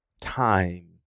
time